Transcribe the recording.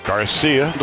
Garcia